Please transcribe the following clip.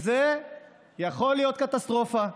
זה יכול להיות קטסטרופה.